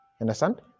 Understand